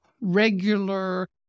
regular